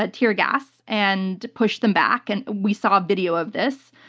but teargas and pushed them back. and we saw a video of this.